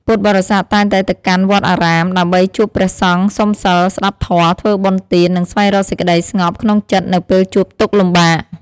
ពុទ្ធបរិស័ទតែងតែទៅកាន់វត្តអារាមដើម្បីជួបព្រះសង្ឃ សុំសីល ស្ដាប់ធម៌ ធ្វើបុណ្យទាន និងស្វែងរកសេចក្តីស្ងប់ក្នុងចិត្តនៅពេលជួបទុក្ខលំបាក។